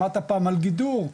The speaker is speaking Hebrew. שמעת פעם על גידור?